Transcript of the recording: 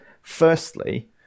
Firstly